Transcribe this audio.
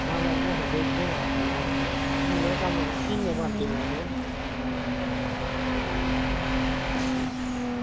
कमरे लग्गे अपने होटलै च तुस किन्ने बंदे आवा दे जी